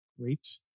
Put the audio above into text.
Great